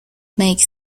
makes